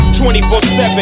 24-7